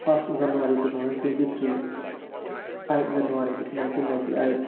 first January two thousand twenty three eight January nineteen ninety eight